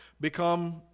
become